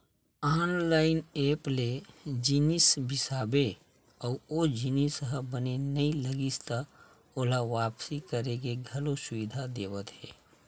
online app ले जिनिस बिसाबे अउ ओ जिनिस ह बने नइ लागिस त ओला वापिस करे के घलो सुबिधा देवत हे